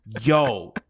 yo